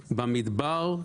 במדבר,